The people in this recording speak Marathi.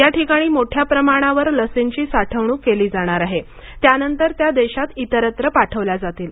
या ठिकाणी मोठ्या प्रमाणावर लसींची साठवणुक केली जाणार आहे त्यानंतर त्या देशात इतरत्र पाठवल्या जातील